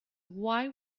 why